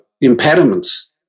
impediments